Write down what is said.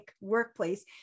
workplace